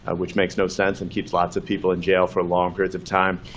which makes no sense, and keeps lots of people in jail for long periods of time.